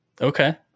Okay